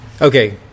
Okay